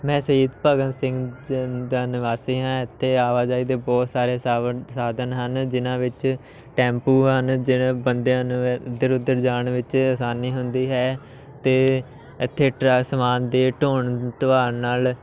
ਮੈਂ ਸ਼ਹੀਦ ਭਗਤ ਸਿੰਘ ਦਾ ਨਿਵਾਸੀ ਹਾਂ ਇੱਥੇ ਆਵਾਜਾਈ ਦੇ ਬਹੁਤ ਸਾਰੇ ਸਾਵਣ ਸਾਧਨ ਹਨ ਜਿਨ੍ਹਾਂ ਵਿੱਚ ਟੈਂਪੂ ਹਨ ਜਿਹੜੇ ਬੰਦਿਆਂ ਨੂੰ ਇੱਧਰ ਉੱਧਰ ਜਾਣ ਵਿੱਚ ਆਸਾਨੀ ਹੁੰਦੀ ਹੈ ਅਤੇ ਇੱਥੇ ਟਰਾ ਸਮਾਨ ਦੇ ਢੋਅ ਢੁਆਣ ਨਾਲ